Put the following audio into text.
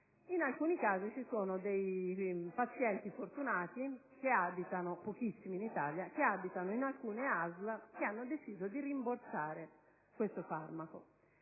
In alcuni casi ci sono pazienti fortunati, pochissimi in Italia, che appartengono ad alcune ASL che hanno deciso di rimborsare tale farmaco;